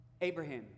Abraham